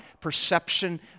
perception